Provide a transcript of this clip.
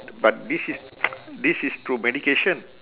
but this is this is through medication